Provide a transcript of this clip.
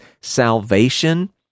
salvation